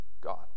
God